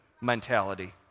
mentality